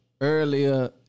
earlier